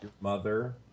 mother